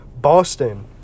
Boston